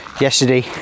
yesterday